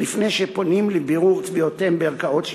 לפני שפונים לבירור תביעותיהם בערכאות שיפוטיות.